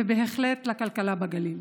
ובהחלט לכלכלה בגליל.